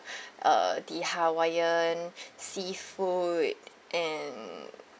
uh the hawaiian seafood and